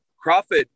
Crawford